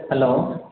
hello